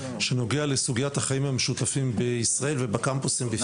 שנוגע לסוגיית החיים המשותפים בישראל ובקמפוסים בפרט.